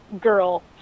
girl